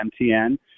MTN